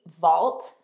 vault